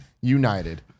United